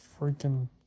freaking